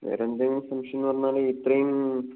വേറെ എന്റെ സംശയം എന്ന് പറഞ്ഞാല് ഇത്രയും